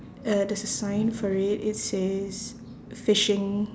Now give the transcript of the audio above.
uh there's a sign for it it says fishing